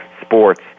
sports